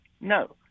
no